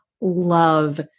love